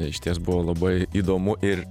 išties buvo labai įdomu ir